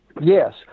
Yes